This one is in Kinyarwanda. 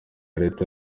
leta